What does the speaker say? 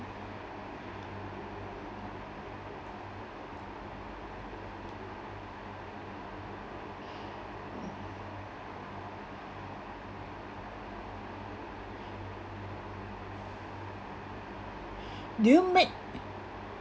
do you make